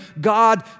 God